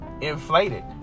inflated